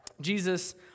Jesus